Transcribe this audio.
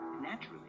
naturally